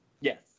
Yes